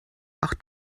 auch